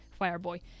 Fireboy